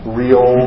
real